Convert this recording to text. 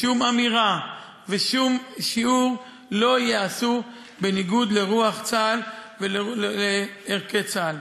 שום אמירה ושום שיעור לא ייעשו בניגוד לרוח צה"ל ולערכי צה"ל.